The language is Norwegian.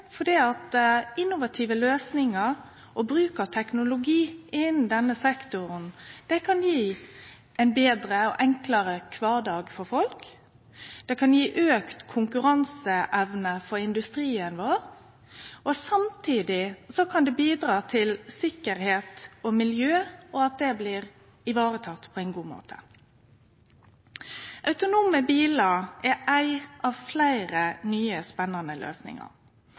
fordi innovative løysingar og bruk av teknologi innan denne sektoren kan gje ein betre og enklare kvardag for folk. Det kan gje auka konkurranseevne for industrien vår, og samtidig kan det bidra til sikkerheit og miljø og at det blir vareteke på ein god måte. Autonome bilar er ei av fleire nye, spennande løysingar.